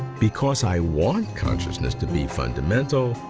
because i want consciousness to be fundamental,